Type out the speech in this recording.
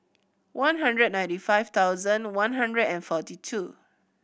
one hundred ninety five thousand one hundred and forty two